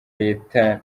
leta